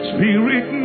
Spirit